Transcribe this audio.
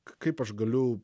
kaip aš galiu